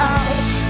out